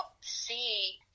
see